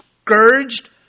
scourged